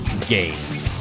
game